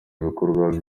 ibikorwa